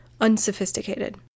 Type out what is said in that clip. unsophisticated